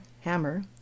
Hammer